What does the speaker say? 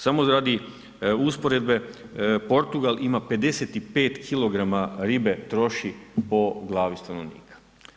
Samo radi usporedbe Portugal ima 55 kg ribe troši po glavi stanovnika.